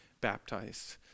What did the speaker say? baptized